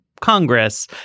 Congress